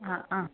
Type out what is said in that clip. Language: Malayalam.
ആ ആ